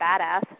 badass